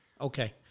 Okay